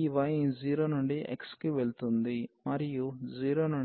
ఈ y 0 నుండి x కి వెళ్తుంది మరియు 0 నుండి a కి x వెళుతుంది